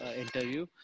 interview